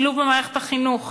השילוב במערכת החינוך,